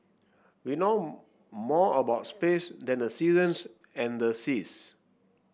we know more about space than the seasons and the seas